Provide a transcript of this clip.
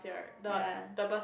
ya